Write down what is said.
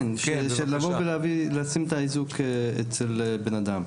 כן, של לבוא ולשים את האיזוק אצל בן אדם.